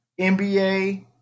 NBA